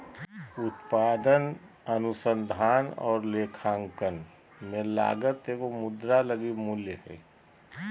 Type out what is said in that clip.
उत्पादन अनुसंधान और लेखांकन में लागत एगो मुद्रा लगी मूल्य हइ